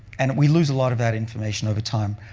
and we lose a lot of that information over time.